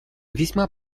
весьма